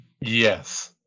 Yes